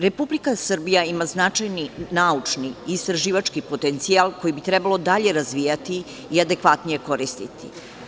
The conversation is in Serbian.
Republika Srbija ima značajni naučni i istraživački potencijal koji bi trebalo dalje razvijati i adekvatnije koristiti.